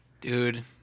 Dude